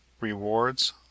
rewards